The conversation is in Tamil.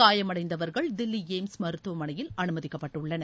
காயமடைந்தவர்கள் தில்லி எய்ம்ஸ் மருத்துவமனையில் அனுமதிக்கப்பட்டுள்ளனர்